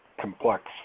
complex